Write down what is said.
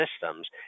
systems